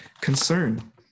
concern